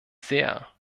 sehr